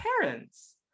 parents